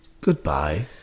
goodbye